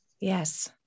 Yes